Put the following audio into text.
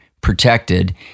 protected